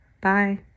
Bye